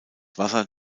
wasser